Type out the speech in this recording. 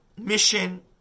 mission